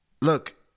look